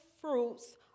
fruits